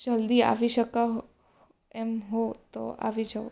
જલ્દી આવી શકો એમ હો તો આવી જાઓ